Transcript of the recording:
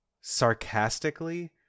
sarcastically